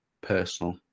personal